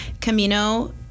Camino